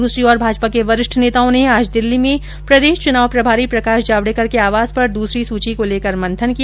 दूसरी ओर भाजपा के वरिष्ठ नेताओं ने आज दिल्ली में प्रदेश चुनाव प्रभारी प्रकाश जावडेकर के आवास पर दूसरी सूची को लेकर मंथन किया